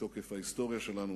מתוקף ההיסטוריה שלנו,